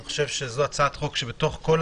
אני חושב שזאת הצעת חוק שבתוך כל